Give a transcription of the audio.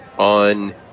On